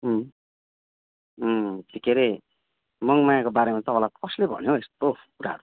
उम् उम् त्यो के अरे मङमायाको बारेमा तपाईँलाई कसले भन्यो हौ यस्तो कुराहरू